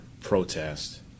protest